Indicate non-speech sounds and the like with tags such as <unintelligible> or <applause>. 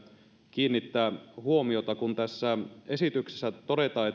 kiinnittää huomiota tässä esityksessä todetaan <unintelligible>